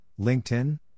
LinkedIn